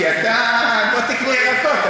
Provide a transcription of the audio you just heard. כי אתה לא קונה ירקות,